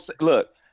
look